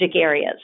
areas